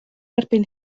erbyn